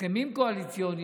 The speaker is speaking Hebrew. הסכמים קואליציוניים,